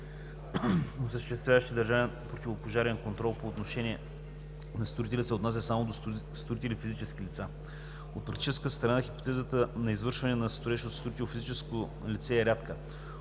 осъществяващи държавен противопожарен контрол, по отношение на строителя се отнася само до строители – физически лица. От практическа страна хипотезата на извършване на строеж от строител – физическо лице, е рядка,